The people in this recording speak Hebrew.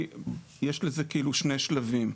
יש לזה כאילו שני שלבים.